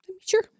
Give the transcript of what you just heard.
Sure